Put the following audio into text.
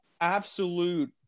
absolute